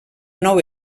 nou